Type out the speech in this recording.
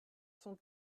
sont